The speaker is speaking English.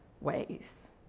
ways